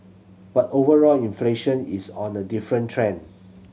but overall inflation is on a different trend